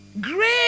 great